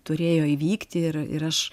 turėjo įvykti ir ir aš